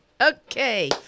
Okay